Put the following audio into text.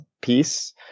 piece